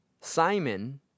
Simon